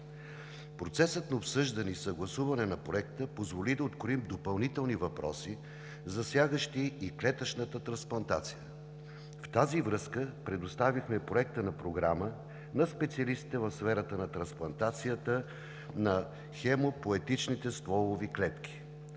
Процесът на обсъждане и съгласуване на Проекта позволи да откроим допълнителни въпроси, засягащи и клетъчната трансплантация. В тази връзка предоставихме Проекта на програма на специалистите в сферата на трансплантацията на хемопоетичните стволови клетки.